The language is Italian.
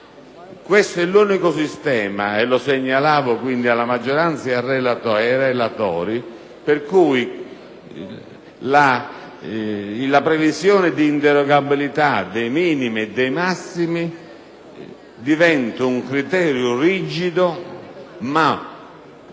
Questo è l'unico sistema - e lo segnalavo quindi alla maggioranza e ai relatori - per cui la previsione di inderogabilità dei minimi e dei massimi diventa un criterio rigido, ma